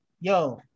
Yo